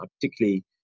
particularly